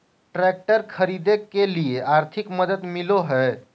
Tractor खरीदे के लिए आर्थिक मदद मिलो है?